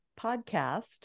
podcast